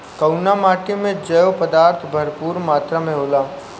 कउना माटी मे जैव पदार्थ भरपूर मात्रा में होला?